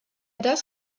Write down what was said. das